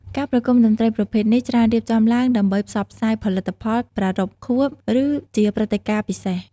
ការប្រគំតន្ត្រីប្រភេទនេះច្រើនរៀបចំឡើងដើម្បីផ្សព្វផ្សាយផលិតផល ប្រារព្ធខួប ឬជាព្រឹត្តិការណ៍ពិសេស។